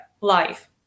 life